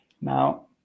Now